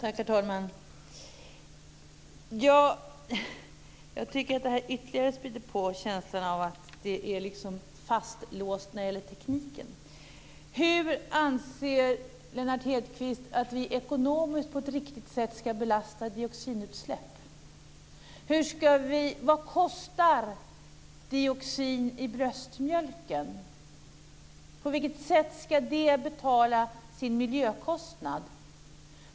Herr talman! Jag tycker att det här ytterligare späder på känslan av att det liksom är fastlåst när det gäller tekniken. Hur anser Lennart Hedquist att vi på ett ekonomiskt riktigt sätt ska belasta dioxinutsläpp? Vad kostar dioxin i bröstmjölken? På vilket sätt ska det betala sin miljökostnad?